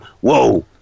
whoa